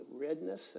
redness